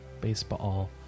Baseball